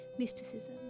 Mysticism